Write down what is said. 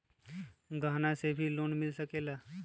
गहना से भी लोने मिल सकेला?